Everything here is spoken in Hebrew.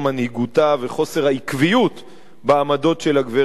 ועל חוסר העקביות בעמדות של הגברת לבני.